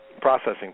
processing